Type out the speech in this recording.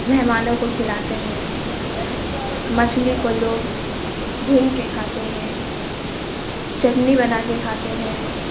مہمانوں کو کھلاتے ہیں مچھلی کو لوگ بھون کے کھاتے ہیں چٹنی بنا کے کھاتے ہیں